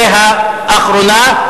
אנחנו עוברים להחלטה הרביעית והאחרונה,